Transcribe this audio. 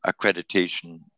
accreditation